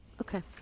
Okay